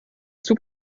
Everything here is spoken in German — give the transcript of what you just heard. zug